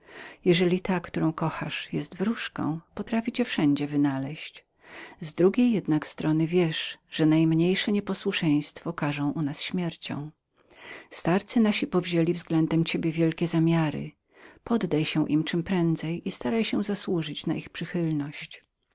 jeżeli ta którą kochasz jest wróżką potrafi cię wszędzie wynaleźć z drugiej jednak strony wiesz że najmniejsze nieposłuszeństwo karzą u nas śmiercią starcy nasi powzięli względem ciebie wielkie zamiary poddaj się im czemprędzej i staraj się zasłużyć na ich przychylność